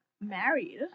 married